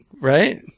right